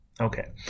Okay